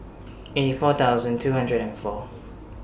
eighty four thousand two hundred and four